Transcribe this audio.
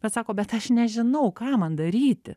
bet sako bet aš nežinau ką man daryti